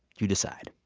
you decide.